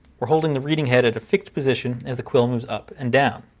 we're holding the reading head at a fixed position as the quill moves up and down.